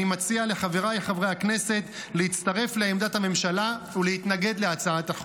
אני מציע לחבריי חברי הכנסת להצטרף לעמדת הממשלה ולהתנגד להצעת החוק.